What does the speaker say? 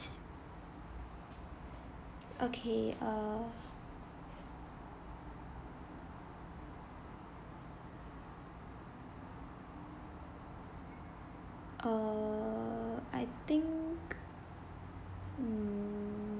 okay uh err I think mm